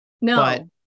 No